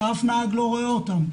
שום נהג לא רואה אותם,